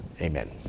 Amen